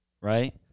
right